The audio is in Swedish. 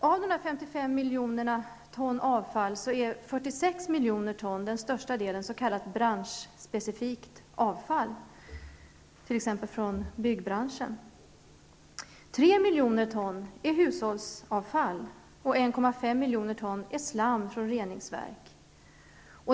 Av dessa 55 miljoner ton avfall är den största delen, 46 miljoner ton, s.k. miljoner ton består av slam från reningsverk.